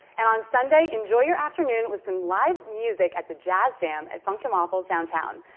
and on sunday, enjoy your afternoon with some live music at the jazz jam at funk n waffles downtown.